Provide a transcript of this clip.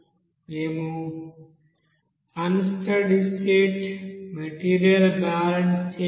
మేము unsteady state material balance ను చేయాలి